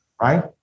Right